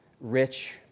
rich